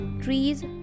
trees